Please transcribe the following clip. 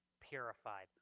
purified